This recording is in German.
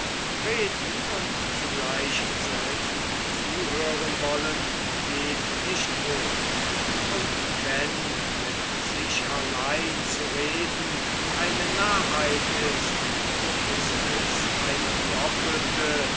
reden und zugleich selbst zuhören wollen geht nicht wohl und wenn mit sich allein zu reden eine narrheit ist so ist es eine doppelte